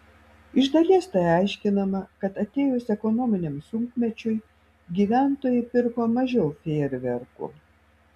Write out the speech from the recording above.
iš dalies tai aiškinama kad atėjus ekonominiam sunkmečiui gyventojai pirko mažiau fejerverkų